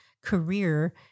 career